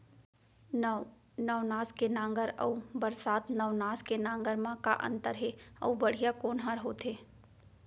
नौ नवनास के नांगर अऊ बरसात नवनास के नांगर मा का अन्तर हे अऊ बढ़िया कोन हर होथे?